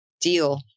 deal